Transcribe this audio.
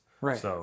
Right